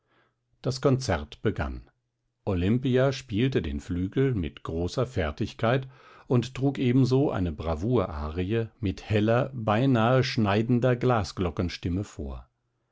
das konzert begann olimpia spielte den flügel mit großer fertigkeit und trug ebenso eine bravour-arie mit heller beinahe schneidender glasglockenstimme vor